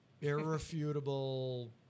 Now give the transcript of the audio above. irrefutable